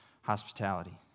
hospitality